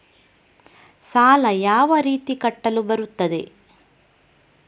ಸಾಲ ಯಾವ ರೀತಿ ಕಟ್ಟಲು ಬರುತ್ತದೆ?